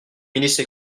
ministre